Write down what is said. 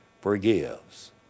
forgives